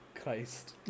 Christ